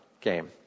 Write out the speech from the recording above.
game